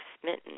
smitten